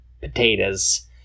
potatoes